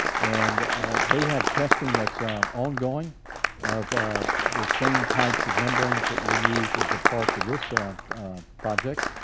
and they have testing that's ongoing of the same types of membranes that we'll use as a part of this project,